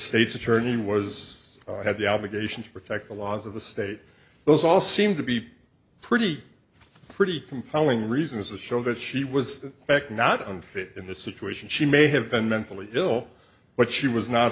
state's attorney was have the obligation to protect the laws of the state those all seem to be pretty pretty compelling reasons to show that she was fact not unfit in this situation she may have been mentally ill but she was not